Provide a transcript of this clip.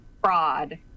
fraud